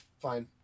fine